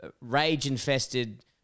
rage-infested